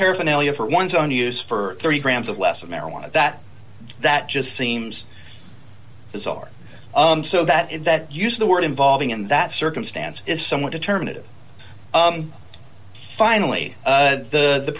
paraphernalia for one's own use for thirty grams of less of marijuana that that just seems bizarre so that is that use the word involving in that circumstance is somewhat determinative finally the